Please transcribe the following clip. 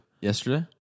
Yesterday